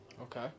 Okay